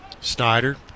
Snyder